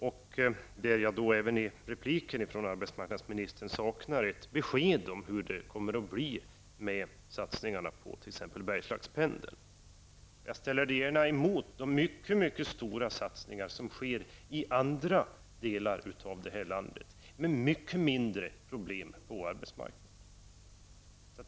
På den punkten saknar jag även i repliken från arbetsmarknadsministern ett besked om hur det kommer att bli med satsningarna på t.ex. Bergslagspendeln. Jag ställer det gärna emot de mycket stora satsningar som sker i andra delar av landet, med mycket mindre problem på arbetsmarknaden.